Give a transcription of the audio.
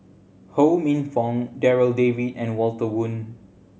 Ho Minfong Darryl David and Walter Woon